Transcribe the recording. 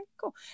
cool